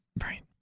Right